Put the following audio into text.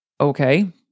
Okay